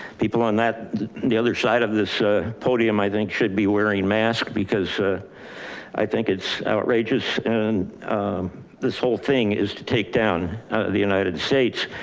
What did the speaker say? people on the other side of this podium i think, should be wearing mask because i think it's outrageous. and this whole thing is to take down the united states.